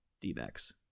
D-backs